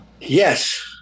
yes